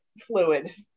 fluid